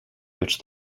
which